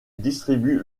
distribue